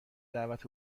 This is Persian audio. دعوت